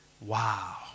Wow